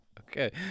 Okay